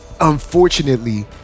unfortunately